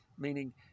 meaning